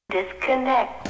Disconnect